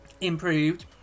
improved